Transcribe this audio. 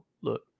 Look